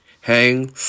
hang